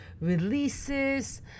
releases